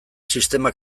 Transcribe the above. sistema